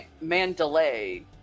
Mandalay